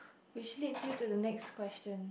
which leads you to the next question